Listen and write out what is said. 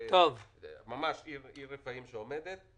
טוב אתם עושים שהולכים לפריפריה אבל תנאי הכרחי שזה יצליח הוא לא אצלכם,